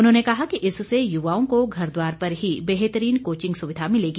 उन्होंने कहा कि इससे युवाओं को घर द्वार पर ही बेहतरीन कोचिंग सुविधा मिलेगी